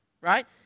right